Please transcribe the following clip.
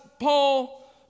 Paul